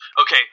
Okay